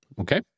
Okay